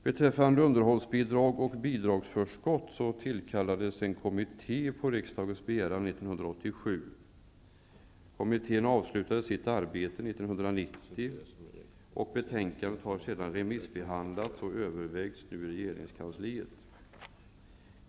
När det gäller underhållsbidrag och bidragsförskott tillkallades en kommitté på riksdagens begäran Betänkandet har remissbehandlats och övervägs nu i regeringskansliet.